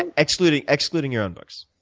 and excluding excluding your own books.